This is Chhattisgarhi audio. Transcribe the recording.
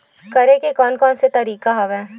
करे के कोन कोन से तरीका हवय?